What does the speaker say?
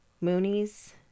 Mooney's